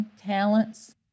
talents